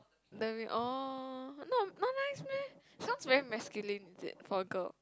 Devina~ oh not not nice meh sounds very masculine is it for a girl